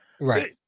Right